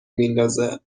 میندازه